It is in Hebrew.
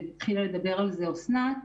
והתחילה לדבר על כך אסנת,